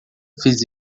fiz